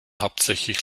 hauptsächlich